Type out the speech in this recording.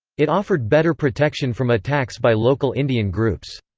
it offered better protection from attacks by local indian groups.